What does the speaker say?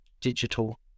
digital